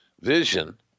vision